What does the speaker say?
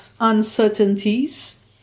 uncertainties